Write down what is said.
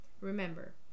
Remember